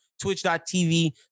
twitch.tv